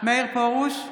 מאיר פרוש,